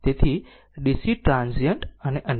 તેથી DC transient અને અન્ય